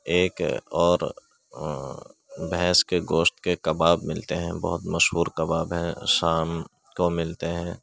ایک اور بھینس کے گوشت کے کباب ملتے ہیں بہت مشہور کباب ہیں شام کو ملتے ہیں